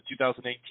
2018